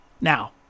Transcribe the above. Now